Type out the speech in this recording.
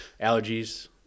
allergies